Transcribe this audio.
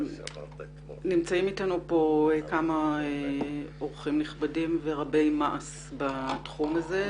נמצאים איתנו כמה אורחים נכבדים ורבי מעש בתחום הזה.